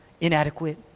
inadequate